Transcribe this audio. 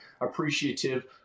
appreciative